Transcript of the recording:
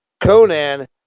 Conan